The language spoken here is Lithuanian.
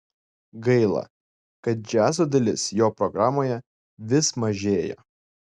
gaila kad džiazo dalis jo programoje vis mažėja